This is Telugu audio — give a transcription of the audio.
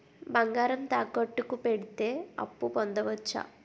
బంగారం తాకట్టు కి పెడితే అప్పు పొందవచ్చ?